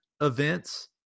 events